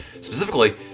specifically